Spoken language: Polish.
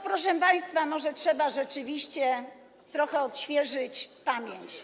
Proszę państwa, może trzeba rzeczywiście trochę odświeżyć pamięć.